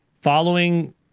Following